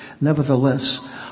Nevertheless